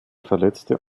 verletzte